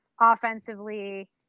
Offensively